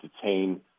detain